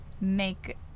make